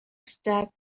stack